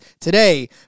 today